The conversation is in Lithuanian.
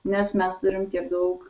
nes mes turim tiek daug